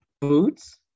boots